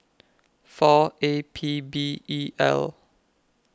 four A P B E L